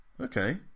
okay